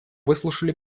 выслушали